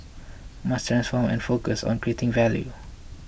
must transform and focus on creating value